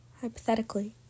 Hypothetically